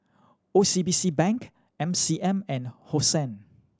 O C B C Bank M C M and Hosen